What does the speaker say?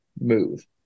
move